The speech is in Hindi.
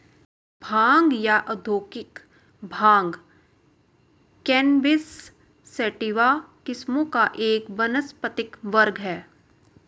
भांग या औद्योगिक भांग कैनबिस सैटिवा किस्मों का एक वानस्पतिक वर्ग है